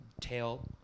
Tail